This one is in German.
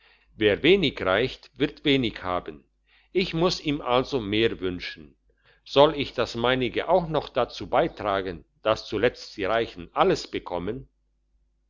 wer wenig reicht wird wenig haben ich muss ihm also mehr wünschen soll ich das meinige auch noch dazu beitragen dass zuletzt die reichen alles bekommen